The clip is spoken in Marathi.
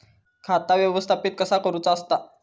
खाता व्यवस्थापित कसा करुचा असता?